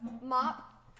mop